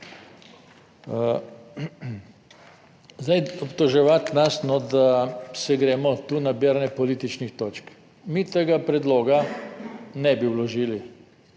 Zdaj, obtoževati nas, da se gremo tu nabiranje političnih točk, mi tega predloga ne bi vložili,